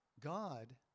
God